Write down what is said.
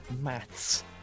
maths